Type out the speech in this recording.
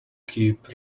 keep